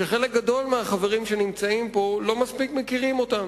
שחלק גדול מהחברים שנמצאים פה לא מספיק מכירים אותם,